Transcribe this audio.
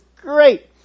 great